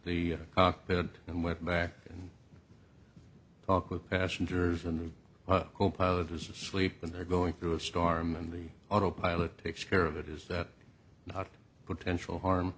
the cockpit and went back to talk with passengers on the copilot was asleep and they're going through a storm and the autopilot takes care of it is that not a potential harm